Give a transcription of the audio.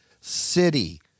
city